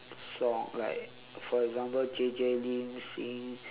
song like for example J J lin singing